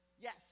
yes